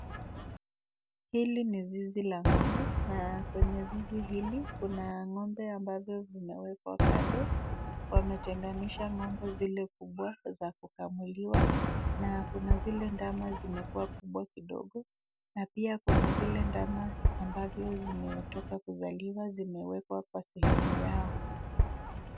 Hili ni zizi la ngombe na kwenye zizi hili kuna ngombe ambazo zimewekwa pale. Wametengenisha ngombe zile kubwa za kukamuliwa na kuna zile ndama zimekuwa kubwa kidogo. Na pia kuna zile ndama ambavyo zimetoka kuzaliwa zimewekwa kwa sehemu yao.